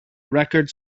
record